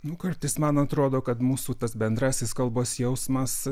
nu kartais man atrodo kad mūsų tas bendrasis kalbos jausmas